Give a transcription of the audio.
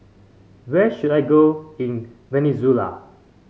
where should I go in Venezuela